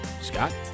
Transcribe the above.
Scott